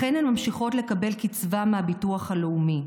לכן הן ממשיכות לקבל קצבה מהביטוח הלאומי.